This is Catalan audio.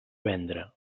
vendre